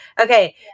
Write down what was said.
okay